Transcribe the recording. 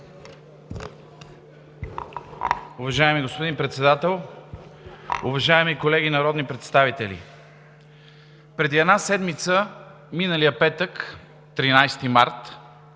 Уважаеми господин Председател, уважаеми колеги народни представители! Преди една седмица миналия петък, 13 март,